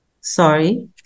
Sorry